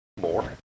more